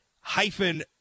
Hyphen